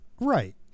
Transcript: Right